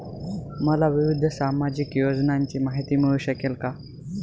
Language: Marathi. मला विविध सामाजिक योजनांची माहिती मिळू शकेल का?